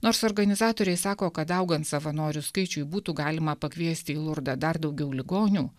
nors organizatoriai sako kad augant savanorių skaičiui būtų galima pakviesti į lurdą dar daugiau ligonių